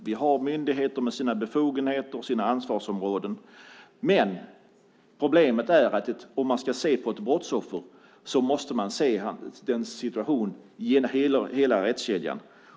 Vi har myndigheter med sina befogenheter och sina ansvarsområden, men problemet är att om man ska se på ett brottsoffer måste man se situationen genom hela rättskedjan.